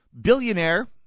billionaire